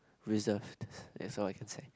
reserved that's all I can say